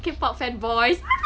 K-pop fan boys